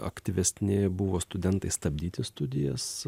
aktyvesni buvo studentai stabdyti studijas